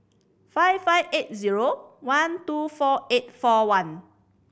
five five eight zero one two four eight four one